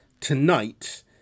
tonight